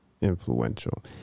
influential